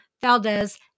Valdez